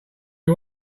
you